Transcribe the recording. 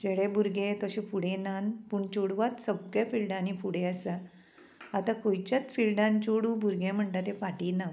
चेडे भुरगे तशें फुडें नात पूण चेडवांच सगळे फिल्डांनी फुडें आसा आतां खंयच्याच फिल्डांत चेडूं भुरगें म्हणटा तें फाटी ना